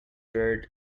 bird